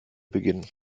beginnen